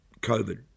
COVID